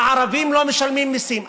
הערבים לא משלמים מיסים.